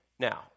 Now